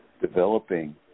developing